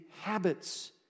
habits